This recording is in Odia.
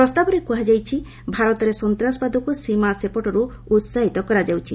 ପ୍ରସ୍ତାବରେ କୁହାଯାଇଛି ଭାରତରେ ସନ୍ତାସବାଦକୁ ସୀମା ସେପଟରୁ ଉତ୍ସାହିତ କରାଯାଉଛି